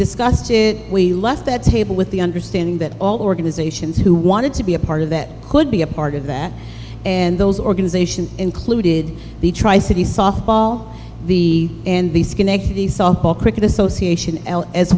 discussed it we left that table with the understanding that all organizations who wanted to be a part of that could be a part of that and those organizations included the tri city softball the and the schenectady softball cricket association as